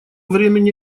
времени